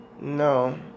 No